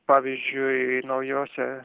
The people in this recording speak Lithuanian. pavyzdžiui naujose